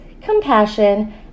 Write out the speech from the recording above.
compassion